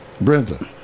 Brenda